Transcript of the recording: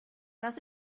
was